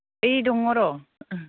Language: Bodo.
ओइ दङ र'